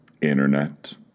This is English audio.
Internet